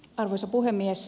arvoisa puhemies